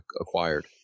acquired